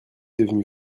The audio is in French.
devenu